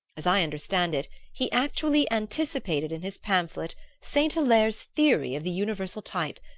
as i understand it, he actually anticipated in his pamphlet saint hilaire's theory of the universal type,